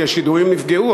כי השידורים נפגעו.